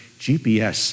GPS